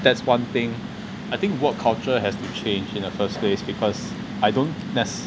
that's one thing I think work culture has to change in the first place because I don't nec~